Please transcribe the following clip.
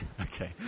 okay